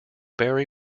berry